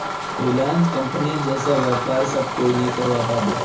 Reliance कंपनीर जैसा व्यापार सब कोई नइ करवा पाबे